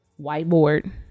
whiteboard